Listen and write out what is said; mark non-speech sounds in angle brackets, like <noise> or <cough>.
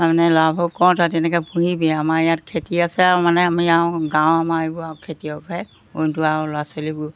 তাৰমানে ল'ৰাবোৰক কওঁ তহঁতে এনেকৈ পুহিবি আমাৰ ইয়াত খেতি আছে আৰু মানে আমি আৰু গাঁৱৰ আমাৰ এইবোৰ আৰু খেতিয়কহে <unintelligible> আৰু ল'ৰা ছোৱালীবোৰ